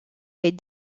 les